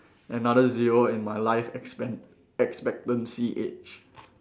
another zero in my life expen~ expectancy age